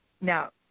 now